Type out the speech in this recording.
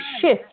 shift